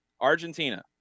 Argentina